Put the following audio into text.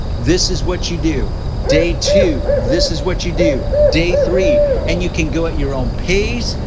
this is what you do, day two, this is what you do, day three, and you can go at your own pace,